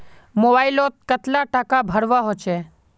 Mobile लोत कतला टाका भरवा होचे?